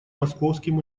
московским